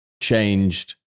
changed